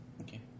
Okay